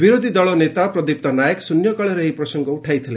ବିରୋଧୀ ଦଳର ନେତା ପ୍ରଦୀପ୍ତ ନାୟକ ଶ୍ରନ୍ୟକାଳରେ ଏହି ପ୍ରସଙ୍ଙ ଉଠାଇଥିଲେ